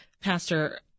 Pastor